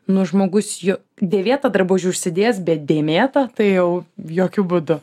nu žmogus jo dėvėtą drabužį užsidės bet dėmėtą tai jau jokiu būdu